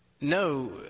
no